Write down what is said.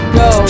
go